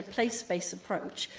place-based approach,